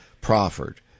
proffered